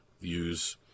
use